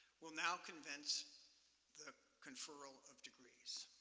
we'll now commence the conferral of degrees.